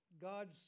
God's